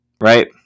right